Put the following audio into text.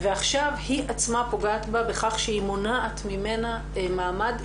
ועכשיו היא עצמה פוגעת בה בכך שהיא מונעת ממנה מעמד,